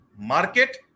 market